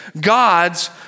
God's